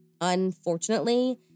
Unfortunately